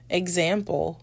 example